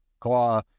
claw